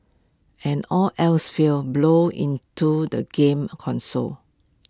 and all else fails blow into the game console